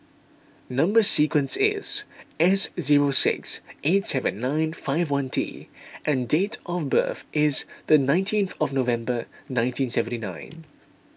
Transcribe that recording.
Number Sequence is S zero six eight seven nine five one T and date of birth is the nineteenth of November nineteen seventy nine